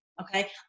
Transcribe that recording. Okay